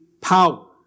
power